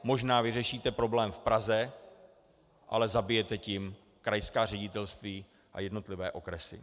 Možná vyřešíte problém v Praze, ale zabijete tím krajská ředitelství a jednotlivé okresy.